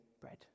bread